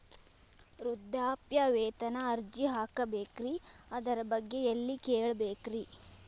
ವೃದ್ಧಾಪ್ಯವೇತನ ಅರ್ಜಿ ಹಾಕಬೇಕ್ರಿ ಅದರ ಬಗ್ಗೆ ಎಲ್ಲಿ ಕೇಳಬೇಕ್ರಿ?